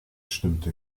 stimmte